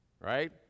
Right